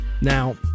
Now